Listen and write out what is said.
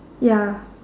ya